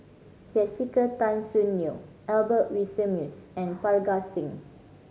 Jessica Tan Soon Neo Albert Winsemius and Parga Singh